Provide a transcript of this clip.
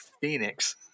Phoenix